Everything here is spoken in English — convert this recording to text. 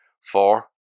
four